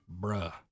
Bruh